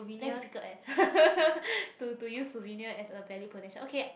very difficult eh to to use souvenir as a valued possession okay